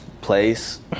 place